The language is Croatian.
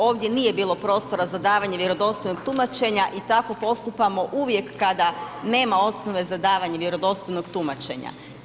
Ovdje nije bilo prostora za davanje vjerodostojnog tumačenja i tako postupamo uvijek kada nema osnove za davanje vjerodostojnog tumačenja.